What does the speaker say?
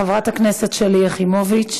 חברת הכנסת שלי יחימוביץ,